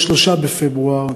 3 בפברואר,